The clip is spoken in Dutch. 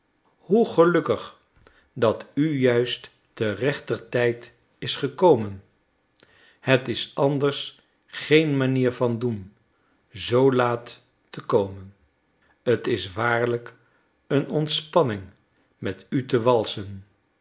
hoe gelukkig dat u juist ter rechter tijd is gekomen het is anders geen manier van doen zoo laat te komen t is waarlijk een ontspanning met u te walsen